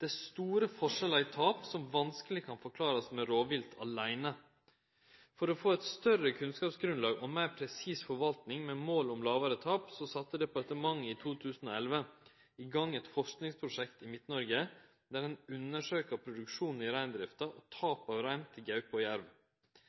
Det er store forskjellar i tap, som vanskeleg kan forklarast med rovvilt aleine. For å få eit større kunnskapsgrunnlag og meir presis forvaltning med mål om lågare tap, sette departementet i 2011 i gang eit forskingsprosjekt i Midt-Noreg, der ein undersøker produksjon i reindrifta og